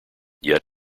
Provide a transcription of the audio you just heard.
yet